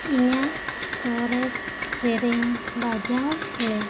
ᱤᱧᱟᱜ ᱥᱚᱨᱮᱥ ᱥᱮᱹᱨᱮᱹᱧ ᱵᱟᱡᱟᱣ ᱢᱮ